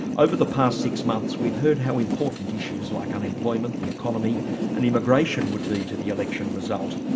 over the past six months we've heard how important issues like unemployment, the economy and immigration would be to the election result.